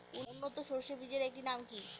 উন্নত সরষে বীজের একটি নাম কি?